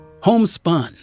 homespun